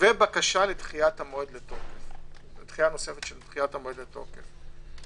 ובקשה לדחייה נוספת של המועד לתוקף.